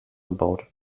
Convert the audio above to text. gebaut